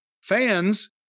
fans